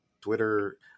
Twitter